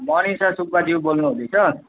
मनिषा सुब्बाज्यू बोल्नु हुँदैछ